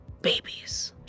babies